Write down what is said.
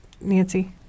Nancy